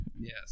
yes